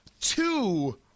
two